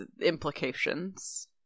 implications